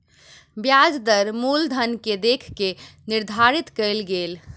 ब्याज दर मूलधन के देख के निर्धारित कयल गेल